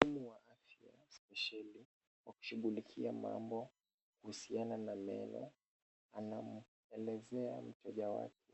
Wahudumu wa afya spesheli wa kushughulikia mambo kuhusiana na meno anamuelezea mteja wake